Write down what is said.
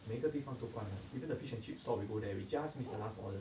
每个地方都关了 even the fish and chip stall we go there we just missed the last order